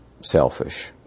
selfish